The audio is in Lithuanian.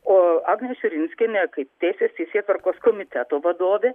o agnė širinskienė kaip tiesės teisėtvarkos komiteto vadovė